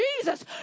Jesus